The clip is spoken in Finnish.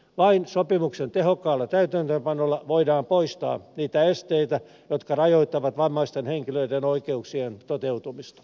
lain sopimuksen tehokkaalla täytäntöönpanolla voidaan poistaa niitä esteitä jotka rajoittavat vammaisten henkilöiden oikeuksien toteutumista